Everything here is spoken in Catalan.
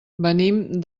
venim